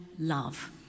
love